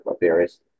various